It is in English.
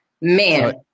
man